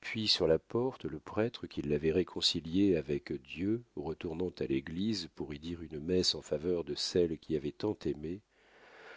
puis sur la porte le prêtre qui l'avait réconciliée avec dieu retournant à l'église pour y dire une messe en faveur de celle qui avait tant aimé